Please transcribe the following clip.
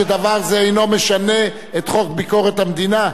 דבר זה אינו משנה את חוק ביקורת המדינה,